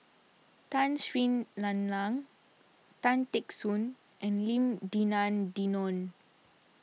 Tun Sri Lanang Tan Teck Soon and Lim Denan Denon